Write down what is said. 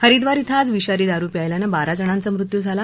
हरिद्वार इथं आज विषारी दारु प्यायल्यानं बारा जणांचा मृत्यू झाला